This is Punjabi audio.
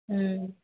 ਹੂੰ